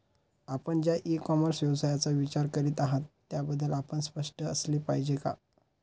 आपण ज्या e commerce व्यवसायाचा विचार करीत आहात त्याबद्दल आपण स्पष्ट असले पाहिजे का?